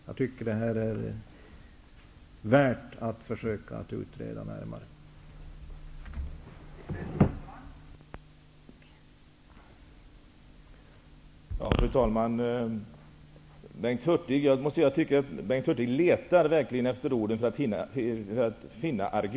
Jag tycker således att det är värt att försöka att närmare utreda detta.